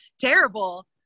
terrible